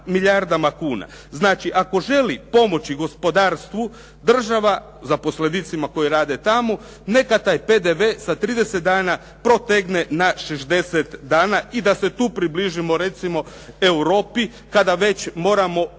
Znači, ako želi pomoći gospodarstvu država zaposlenicima koji rade tamo neka taj PDV sa 30 dana protegne na 60 dana i da se tu približimo recimo Europi kada već moramo